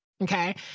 Okay